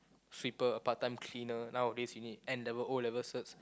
sweeper a part time cleaner nowadays you need N-level O level certs